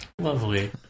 Lovely